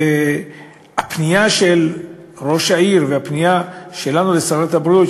הפנייה של ראש העיר והפנייה שלנו לשרת הבריאות,